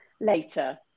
later